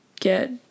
get